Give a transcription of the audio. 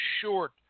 short